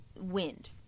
wind